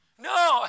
No